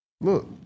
Look